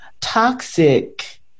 toxic